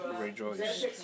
rejoice